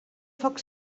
foc